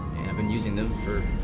um and using them for